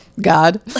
God